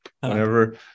whenever